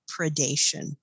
predation